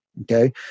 okay